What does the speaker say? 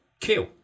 kill